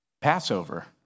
Passover